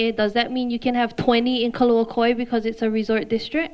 it does that mean you can't have twenty because it's a resort district